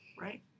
right